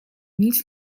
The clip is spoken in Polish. nic